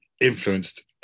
influenced